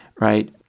right